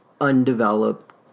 undeveloped